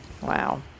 wow